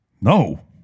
No